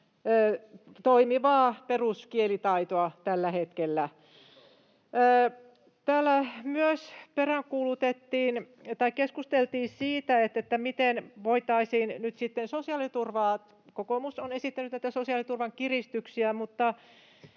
toimivaa peruskielitaitoa tällä hetkellä. Täällä myös peräänkuulutettiin tai keskusteltiin siitä, miten voitaisiin nyt sitten sosiaaliturvaa muuttaa. Kokoomus on esittänyt näitä sosiaaliturvan kiristyksiä,